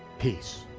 peace.